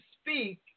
speak